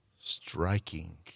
Striking